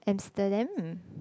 Amsterdam